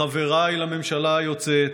מחבריי בממשלה היוצאת,